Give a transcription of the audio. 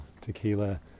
tequila